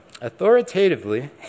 authoritatively